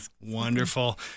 Wonderful